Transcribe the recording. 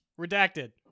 Redacted